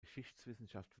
geschichtswissenschaft